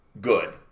good